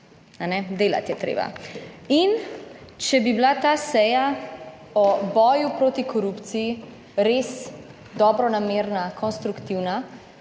Delati je treba. In če bi bila ta seja o boju proti korupciji res dobronamerna, konstruktivna,